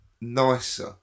nicer